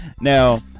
now